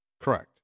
Correct